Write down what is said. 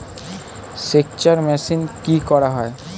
সেকচার মেশিন কি করা হয়?